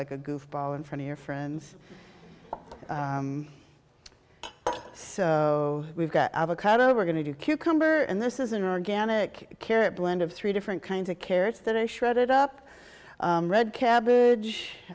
like a goofball in front of your friends so we've got avocado we're going to do cucumber and this is an organic carrot blend of three different kinds of carrots that i shredded up red cabbage